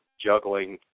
juggling